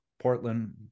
Portland